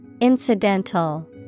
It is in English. Incidental